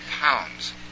pounds